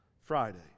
Friday